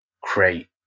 create